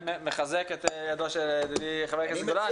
מחזק את ידו של ידידי, חבר הכנסת גולן.